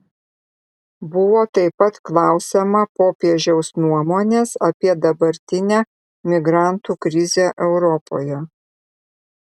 buvo taip pat klausiama popiežiaus nuomonės apie dabartinę migrantų krizę europoje